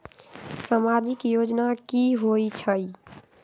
समाजिक योजना की होई छई?